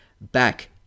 back